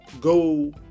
go